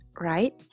right